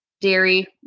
dairy